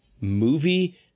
movie